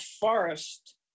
forest